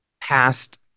past